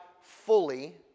fully